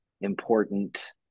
important